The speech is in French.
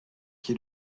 qui